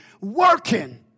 Working